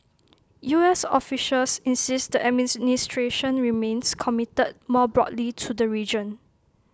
U S officials insist the remains committed more broadly to the region